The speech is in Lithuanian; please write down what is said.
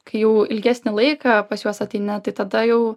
kai jau ilgesnį laiką pas juos ateini tai tada jau